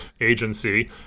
agency